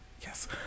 Yes